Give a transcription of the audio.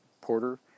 Porter